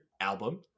album